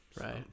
right